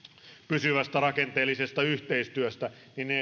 pysyvästä rakenteellisesta yhteistyöstä